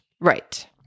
Right